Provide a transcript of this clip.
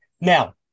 Now